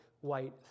white